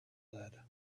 lead